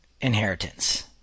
inheritance